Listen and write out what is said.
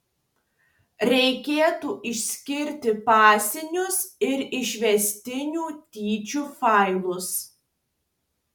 reikėtų išskirti bazinius ir išvestinių dydžių failus